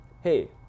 hey